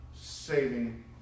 saving